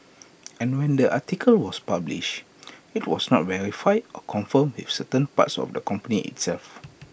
and when the article was published IT was not verified or confirmed with certain parts of the company itself